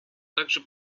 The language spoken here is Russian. также